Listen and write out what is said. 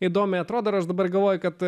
įdomiai atrodo aš dabar galvoju kad